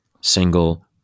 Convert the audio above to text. single